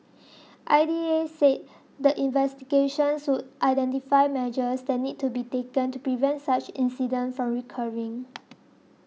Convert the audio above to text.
I D A said the investigations would identify measures that need to be taken to prevent such incidents from recurring